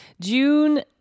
june